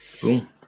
cool